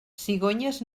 cigonyes